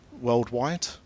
worldwide